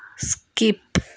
skip